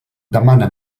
demana